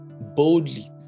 boldly